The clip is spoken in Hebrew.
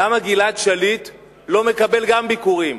למה גלעד שליט לא מקבל גם ביקורים?